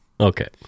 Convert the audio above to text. Okay